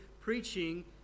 preaching